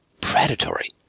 predatory